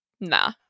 nah